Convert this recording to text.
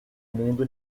mundo